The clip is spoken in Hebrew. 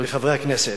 חברי הכנסת,